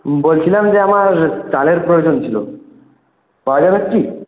বলছিলাম যে আমার চালের প্রয়োজন ছিল পাওয়া যাবে কি